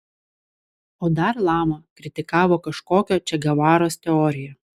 o dar lama kritikavo kažkokio če gevaros teoriją